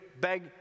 beg